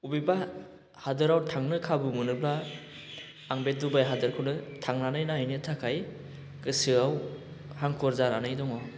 अबेबा हादराव थांनो खाबु मोनोब्ला आं बे डुबाइ हादरखौनो थांनानै नायहैनो थाखाय गोसोआव हांखुर जानानै दङ